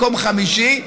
מקום חמישי,